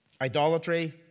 idolatry